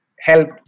help